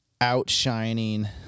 outshining